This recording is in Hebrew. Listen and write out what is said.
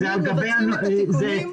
עכשיו